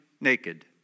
naked